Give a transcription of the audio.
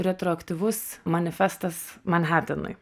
retroaktyvus manifestas manhatenui